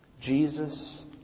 Jesus